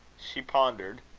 she pondered,